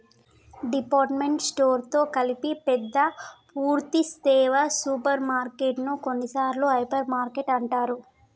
department store తో కలిపి పెద్ద పూర్థి సేవ సూపర్ మార్కెటు ను కొన్నిసార్లు హైపర్ మార్కెట్ అంటారు